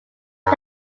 can